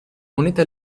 moneta